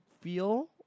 feel